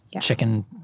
chicken